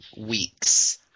weeks